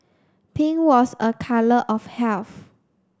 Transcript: pink was a colour of health